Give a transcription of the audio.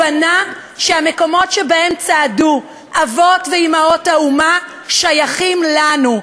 הבנה שהמקומות שבהם צעדו אבות ואימהות האומה שייכים לנו.